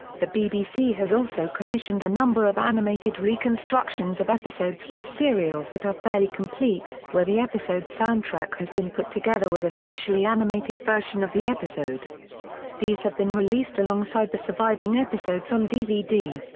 the bbc has also commissioned a number of animated reconstructions of episodes from serials that are fairly complete, where the episode soundtrack has been put together with a specially animated version of the episode these have been released alongside the surviving episodes on dvd.